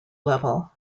level